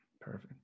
perfect